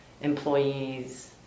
employees